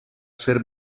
ser